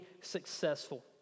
successful